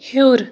ہیوٚر